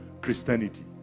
Christianity